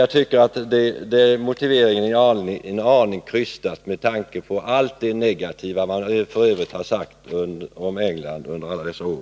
Jag tycker att den motiveringen är en aning krystad med tanke på allt det negativa man har sagt om England under alla dessa år.